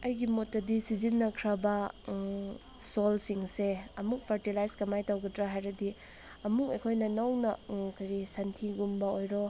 ꯑꯩꯒꯤ ꯃꯣꯠꯇꯗꯤ ꯁꯤꯖꯤꯟꯅꯈ꯭ꯔꯕ ꯁꯣꯏꯜꯁꯤꯡꯁꯦ ꯑꯃꯨꯛ ꯐꯔꯇꯤꯂꯥꯏꯁ ꯀꯃꯥꯏꯅ ꯇꯧꯒꯗ꯭ꯔ ꯍꯥꯏꯔꯗꯤ ꯑꯃꯨꯛ ꯑꯩꯈꯣꯏꯅ ꯅꯧꯅ ꯀꯔꯤ ꯁꯟꯊꯤꯒꯨꯝꯕ ꯑꯣꯏꯔꯣ